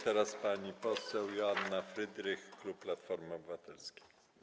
Teraz pani poseł Joanna Frydrych, klub Platforma Obywatelska.